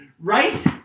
Right